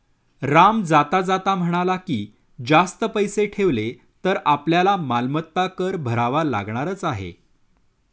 राम जाता जाता म्हणाला की, जास्त पैसे ठेवले तर आपल्याला मालमत्ता कर भरावा लागणारच आहे